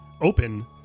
open